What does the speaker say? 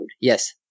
Yes